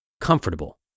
Comfortable